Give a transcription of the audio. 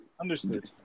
Understood